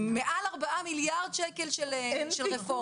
עם מעל ארבעה מיליארד שקל של רפורמה.